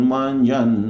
Manjan